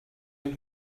den